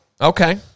Okay